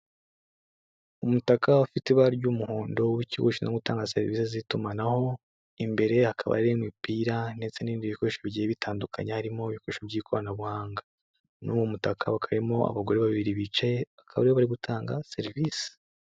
Umutaka ufite ibara ry'umuhondo w'ikigoshinzwe gutanga serivisi z'itumanaho, imbere hakaba ari imipira ndetse n'ibindi bikoresho bigiye bitandukanye, harimo ibikoresho by'ikoranabuhanga muri uwo mutaka hakaba harimo abagore babiri bicaye akaba bari gutanga serivisi.